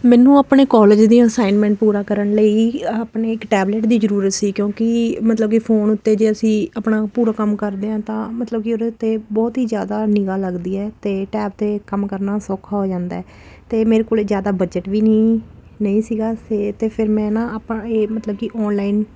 ਮੈਨੂੰ ਆਪਣੇ ਕਾਲਜ ਦੀਆਂ ਅਸਾਈਨਮੈਂਟ ਪੂਰਾ ਕਰਨ ਲਈ ਆਪਣੇ ਇੱਕ ਟੈਬਲਟ ਦੀ ਜ਼ਰੂਰਤ ਸੀ ਕਿਉਂਕਿ ਮਤਲਬ ਕਿ ਫੋਨ ਉੱਤੇ ਜੇ ਅਸੀਂ ਆਪਣਾ ਪੂਰਾ ਕੰਮ ਕਰਦੇ ਹਾਂ ਤਾਂ ਮਤਲਬ ਕਿ ਉਹਦੇ 'ਤੇ ਬਹੁਤ ਹੀ ਜ਼ਿਆਦਾ ਨਿਗ੍ਹਾ ਲੱਗਦੀ ਹੈ ਅਤੇ ਟੈਬ 'ਤੇ ਕੰਮ ਕਰਨਾ ਸੌਖਾ ਹੋ ਜਾਂਦਾ ਅਤੇ ਮੇਰੇ ਕੋਲ ਜ਼ਿਆਦਾ ਬਜਟ ਵੀ ਨਹੀਂ ਨਹੀਂ ਸੀਗਾ ਅਤੇ ਫਿਰ ਮੈਂ ਨਾ ਆਪਾਂ ਇਹ ਮਤਲਬ ਕਿ ਆਨਲਾਈਨ